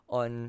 on